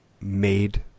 made